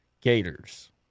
Gators